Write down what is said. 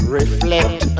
reflect